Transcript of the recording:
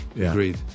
Agreed